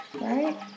Right